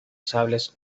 sables